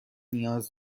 نیاز